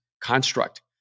construct